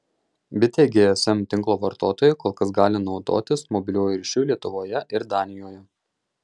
bitė gsm tinklo vartotojai kol kas gali naudotis mobiliuoju ryšiu lietuvoje ir danijoje